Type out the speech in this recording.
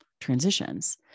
transitions